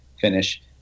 finish